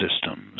systems